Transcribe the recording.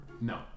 no